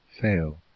fail